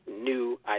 new